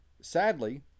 Sadly